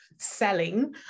selling